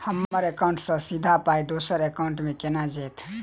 हम्मर एकाउन्ट सँ सीधा पाई दोसर एकाउंट मे केना जेतय?